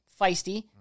feisty